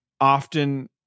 often